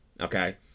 Okay